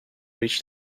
reach